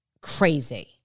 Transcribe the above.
crazy